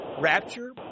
Rapture